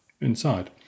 inside